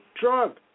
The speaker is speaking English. drug